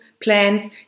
plans